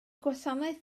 gwasanaeth